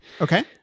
Okay